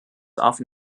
often